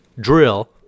drill